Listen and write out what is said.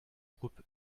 groupe